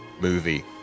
movie